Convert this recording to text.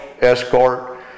escort